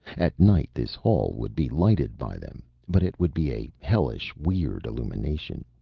at night this hall would be lighted by them, but it would be a hellishly weird illumination.